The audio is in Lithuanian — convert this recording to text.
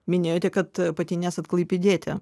minėjote kad pati nesat klaipėdietė